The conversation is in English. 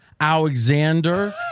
Alexander